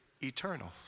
eternal